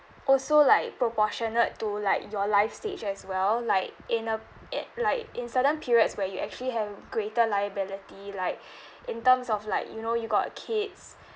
also like proportionate to like your life stage as well like in a i~ like in certain periods where you actually have greater liability like in terms of like you know you got kids